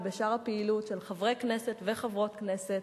ובשאר הפעילות של חברי כנסת וחברות כנסת,